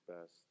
best